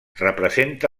representa